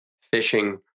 fishing